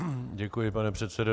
Děkuji, pane předsedo.